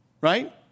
right